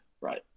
right